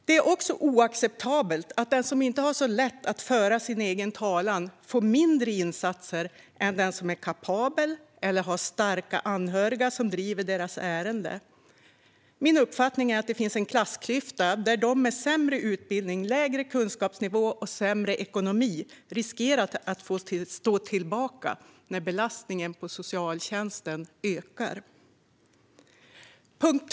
Det är också oacceptabelt att den som inte har så lätt att föra sin egen talan får färre insatser än den som själv är kapabel eller har starka anhöriga som driver ens ärende. Min uppfattning är att det finns en klassklyfta, där de med sämre utbildning, lägre kunskapsnivå och sämre ekonomi riskerar att få stå tillbaka när belastningen på socialtjänsten ökar.